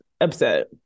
upset